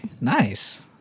Nice